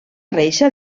reixa